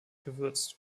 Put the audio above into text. gewürzt